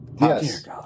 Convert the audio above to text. Yes